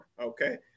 Okay